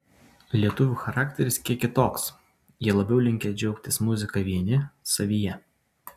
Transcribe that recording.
lietuvių charakteris kiek kitoks jie labiau linkę džiaugtis muzika vieni savyje